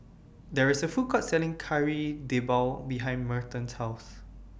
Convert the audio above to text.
There IS A Food Court Selling Kari Debal behind Merton's House